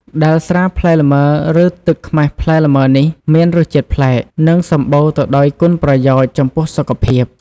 ដែល ស្រាផ្លែលម៉ើ ឬ ទឹកខ្មេះផ្លែលម៉ើនេះ មានរសជាតិប្លែក និងសម្បូរទៅដោយគុណប្រយោជន៍ចំពោះសុខភាព។